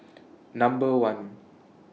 Number one